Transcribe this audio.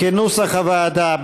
כנוסח הוועדה,